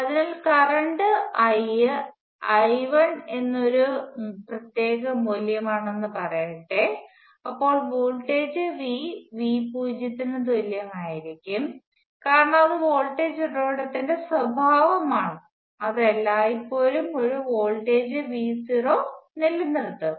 അതിനാൽ current I I1 എന്ന ഒരു പ്രത്യേക മൂല്യമാണെന്ന് പറയട്ടെ അപ്പോൾ വോൾട്ടേജ് V V0 ന് തുല്യമായിരിക്കും കാരണം അത് വോൾട്ടേജ് ഉറവിടത്തിന്റെ സ്വഭാവം ആണ് അത് എല്ലായ്പ്പോഴും ഒരു വോൾട്ടേജ് V0 നിലനിർത്തും